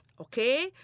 okay